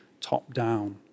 top-down